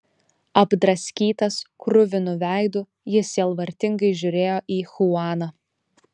apdraskytas kruvinu veidu jis sielvartingai žiūrėjo į chuaną